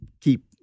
keep